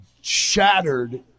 shattered